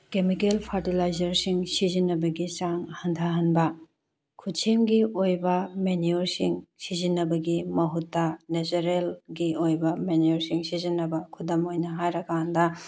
chemical ꯐꯔꯇꯤꯂꯥꯏꯖꯔꯁꯤꯡ ꯁꯤꯖꯤꯟꯅꯕꯒꯤ ꯆꯥꯡ ꯍꯟꯊꯍꯟꯕ ꯈꯨꯠꯁꯦꯝꯒꯤ ꯑꯣꯏꯕ ꯃꯦꯅꯤꯌꯣꯔꯦꯁꯤꯡ ꯁꯤꯖꯤꯟꯅꯕꯒꯤ ꯃꯍꯨꯠꯇ ꯅꯦꯆꯔꯦꯜꯒꯤ ꯑꯣꯏꯕ ꯃꯥꯅꯦꯌꯣꯔꯁꯤꯡ ꯁꯤꯖꯤꯟꯅꯕ ꯈꯨꯗꯝ ꯑꯣꯏꯅ ꯍꯥꯏꯔꯀꯥꯟꯗ